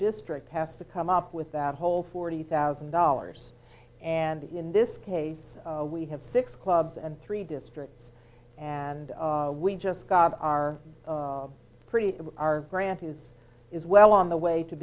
district has to come up with that whole forty thousand dollars and in this case we have six clubs and three districts and we just got our pretty our grant is is well on the way to